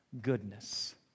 goodness